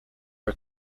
are